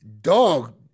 Dog